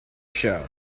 show